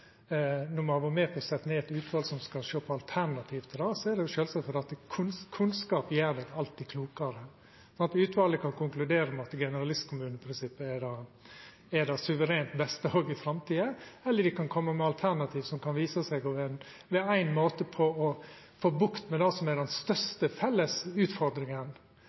Når me har vore med på å setja ned eit utval som skal sjå på alternativ til det, er det sjølvsagt for at kunnskap alltid gjer ein klokare. Utvalet kan konkludera med at generalistkommuneprinsippet er det suverent beste òg i framtida, eller dei kan koma med alternativ som kan visa seg å få bukt med det som er den største